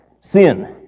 sin